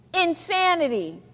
insanity